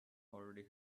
already